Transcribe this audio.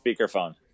speakerphone